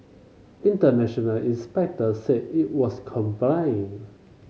international inspector said it was complying